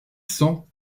cents